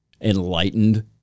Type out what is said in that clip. enlightened